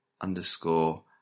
underscore